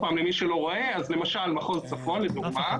למשל, מחוז צפון לדוגמה,